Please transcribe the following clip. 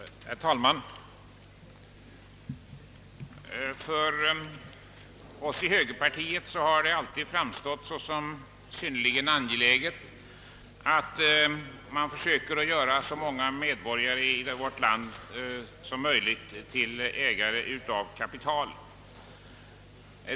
Herr talman! För oss i högerpartiet har det alltid framstått som synnerligen angeläget att så många medborgare som möjligt görs till ägare av kapital.